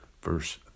verse